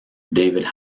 david